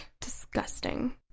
Disgusting